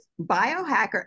biohacker